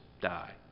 die